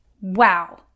Wow